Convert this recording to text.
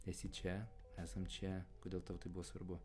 esi čia esam čia kodėl tau tai buvo svarbu